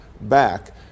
back